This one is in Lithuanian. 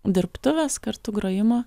dirbtuves kartu grojimo